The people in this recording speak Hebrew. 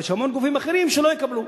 אבל יש המון גופים אחרים שלא יקבלו.